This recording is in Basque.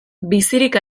bizirik